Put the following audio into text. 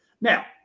now